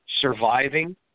surviving